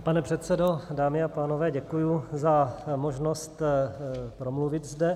Pane předsedo, dámy a pánové, děkuji za možnost promluvit zde.